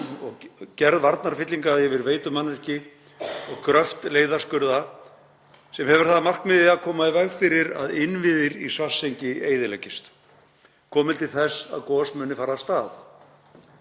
og gerð varnarfyllinga yfir veitumannvirki og gröft leiðarskurða með það að markmiði að koma í veg fyrir að innviðir í Svartsengi eyðileggist komi til þess að gos fari af stað.